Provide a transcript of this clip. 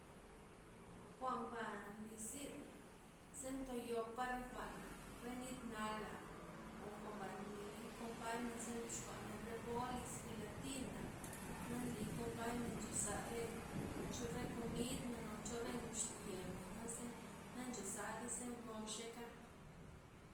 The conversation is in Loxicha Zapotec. Jwa'n ba nlizyn ze ntoyopa' re jwa'na, re nit nala' o jwa'nba nlii kompay men xa ndiox kuamen re bolis, gelatina', na nlii kompaymen nchoxa' re cho- komid men ocho re ngud xlyeba' naze na nchozayde ze bro nxeka'.